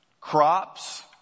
Crops